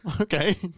okay